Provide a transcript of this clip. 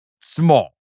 small